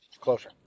closer